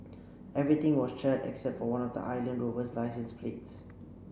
everything was charred except for one of the Land Rover's licence plates